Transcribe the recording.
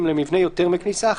אם למבנה יותר מכניסה אחת,